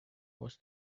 was